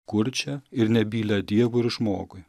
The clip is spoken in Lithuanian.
kurčią ir nebylią dievui ir žmogui